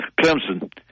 Clemson